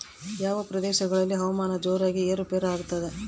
ಯಾವ ಪ್ರದೇಶಗಳಲ್ಲಿ ಹವಾಮಾನ ಜೋರಾಗಿ ಏರು ಪೇರು ಆಗ್ತದೆ?